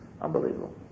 Unbelievable